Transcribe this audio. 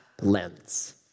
lens